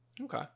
Okay